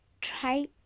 try